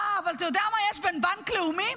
אבל אתה יודע מה יש בבנק לאומי?